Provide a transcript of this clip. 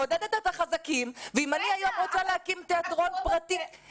מעודדת את החזקים ואם אני היום רוצה להקים תיאטרון פרטי,